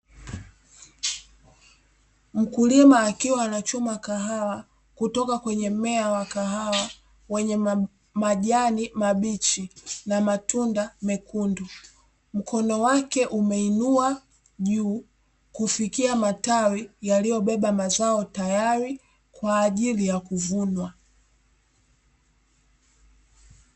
Mkulima akiwa anachuma kahawa kutoka kwenye mmea wa kahawa, wenye majani mabichi na matunda mekundu, mkono wake umeinua jua kufikia matawi yaliyobeba mazao, tayari kwa ajili ya kuvunwa.